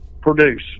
produce